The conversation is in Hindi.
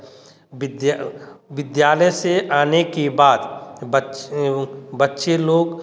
विद्या विद्यालय से आने की बाद बच्चे बच्चे लोग